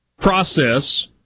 process